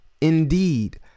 Indeed